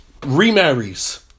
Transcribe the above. remarries